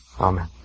Amen